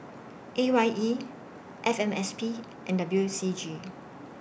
A Y E F M S P and W C G